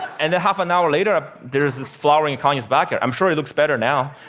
and then half an hour later, ah there was this flower in connie's backyard. i'm sure it looks better now.